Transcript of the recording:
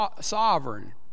sovereign